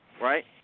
right